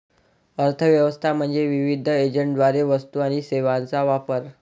अर्थ व्यवस्था म्हणजे विविध एजंटद्वारे वस्तू आणि सेवांचा वापर